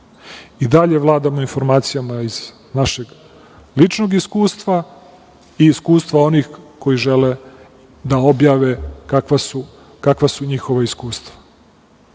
I dalje vladamo informacijama iz našeg ličnog iskustva i iskustva onih koji žele da objave kakva su njihova iskustva. Prema